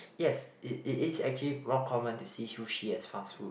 yes it it is actually more common to see sushi as fast food